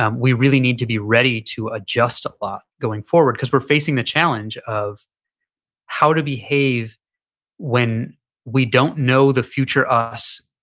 um we really need to be ready to adjust a lot going forward. because we're facing the challenge of how to behave when we don't know the future us,